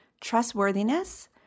trustworthiness